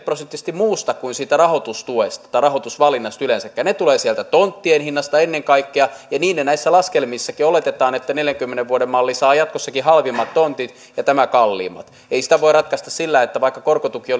prosenttisesti muusta kuin siitä rahoitustuesta tai rahoitusvalinnasta yleensäkään ne tulevat sieltä tonttien hinnasta ennen kaikkea ja niin näissä laskelmissakin oletetaan että neljänkymmenen vuoden malli saa jatkossakin halvimmat tontit ja tämä kalliimmat ei sitä voi ratkaista sillä vaikka korkotuki